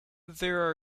there